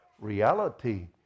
reality